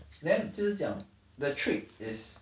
then 就是讲 the trick is